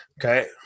Okay